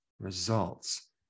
results